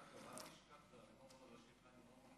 אל תשכח את חיים רמון.